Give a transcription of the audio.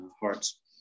hearts